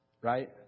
right